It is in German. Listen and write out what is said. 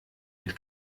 mit